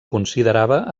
considerava